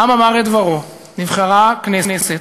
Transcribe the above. העם אמר את דברו, נבחרה הכנסת,